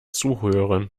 zuhören